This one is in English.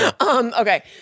Okay